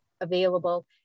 available